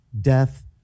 death